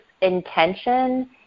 intention